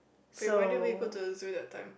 wait by the way why didn't we go to the zoo that time